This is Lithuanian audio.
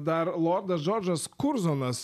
dar lordas džordžas kurzonas